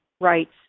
rights